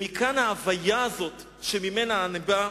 מכאן ההוויה הזאת שממנה אני בא,